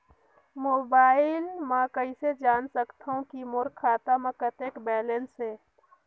Mobile म कइसे जान सकथव कि मोर खाता म कतेक बैलेंस से?